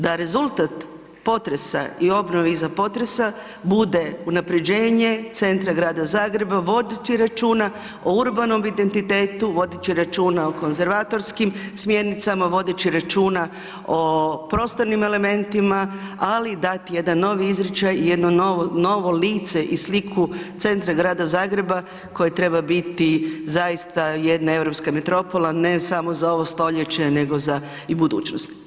Da rezultata potresa i obnove iza potresa bude unaprjeđenje centra grada Zagreba vodeći računa o urbanom identitetu, vodeći računa o konzervatorskim smjernicama, vodeći računa o prostornim elementima, ali dati jedan novi izričaj i jedno novo lice i sliku centra grada Zagreba koje treba biti zaista jedna europska metropola, ne samo za ovo stoljeće nego za i budućnost.